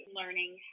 learning